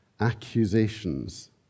accusations